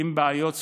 ובעיות סוציאליות.